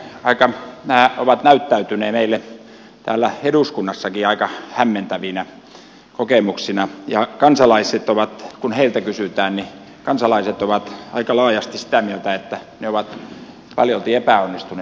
nämä uudistukset ovat näyttäytyneet meille täällä eduskunnassakin aika hämmentävinä kokemuksina ja kansalaiset ovat kun heiltä kysytään aika laajasti sitä mieltä että ne ovat paljolti epäonnistuneet